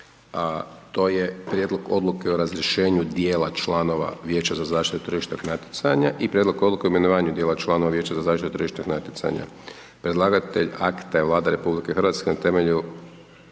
to je Prijedlog Odluke o razrješenju dijela članova Vijeća za zaštitu tržišnog natjecanja i Prijedlog Odluke o imenovanju dijela članova Vijeća za zaštitu tržišnog natjecanja. Predlagatelj akta je Vlada republike Hrvatske, na temelju